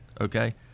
Okay